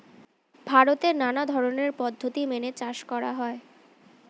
ভারতে নানা ধরনের পদ্ধতি মেনে চাষ করা হয়